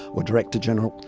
or director-general,